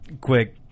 quick